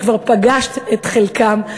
וכבר פגשת את חלקם,